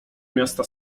miasta